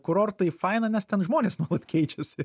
kurortai faina nes ten žmonės nuolat keičiasi